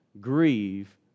grieve